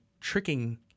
tricking